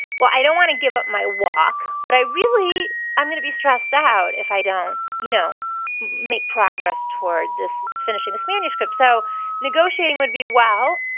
well i don't want to give up my walk, but i really, i'm going to be stressed out if i don't you know make progress toward finishing this manuscript. so negotiating would be, well,